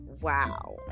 wow